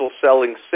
selling